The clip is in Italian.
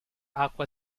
acque